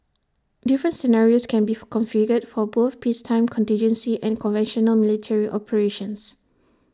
different scenarios can be configured for both peacetime contingency and conventional military operations